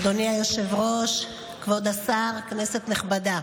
אדוני היושב-ראש, כבוד השר, כנסת נכבדה,